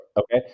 Okay